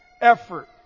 effort